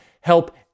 help